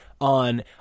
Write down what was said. on